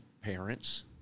parents